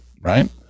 right